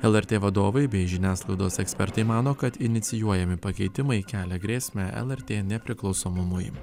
lrt vadovai bei žiniasklaidos ekspertai mano kad inicijuojami pakeitimai kelia grėsmę lrt nepriklausomumui